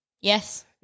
Yes